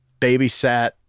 babysat